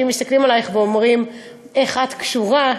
מסתכלים עלייך ואומרים: איך את קשורה?